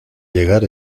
llegar